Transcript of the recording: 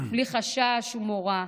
בלי חשש ומורא,